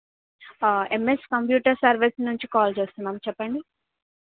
MS computer service నుంచి call చేస్తున్నాం చెప్పండి